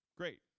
great